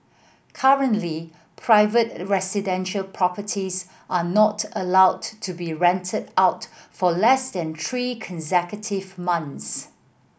currently private residential properties are not allowed to be rented out for less than three consecutive months